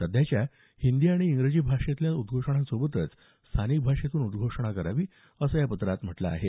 सध्याच्या हिंदी आणि इंग्रजी भाषेतल्या उद्घोषणांसोबतच स्थानिक भाषेतून उद्वोषणा करावी असं या पत्रात म्हटलं आहे